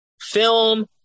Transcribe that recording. film